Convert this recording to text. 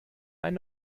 einen